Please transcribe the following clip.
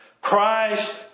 Christ